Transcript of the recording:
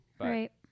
Right